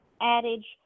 adage